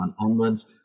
onwards